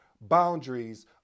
boundaries